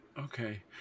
Okay